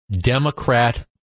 Democrat